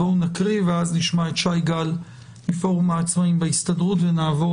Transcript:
בואו נקריא ואז נשמע את שי גל מפורום העצמאים בהסתדרות ונעבור